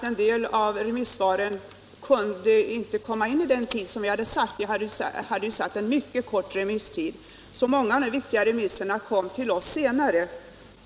En del av remissvaren kunde inte lämnas inom den tid som vi hade satt — vi hade satt en mycket kort remisstid. Många viktiga remissvar kom därför senare.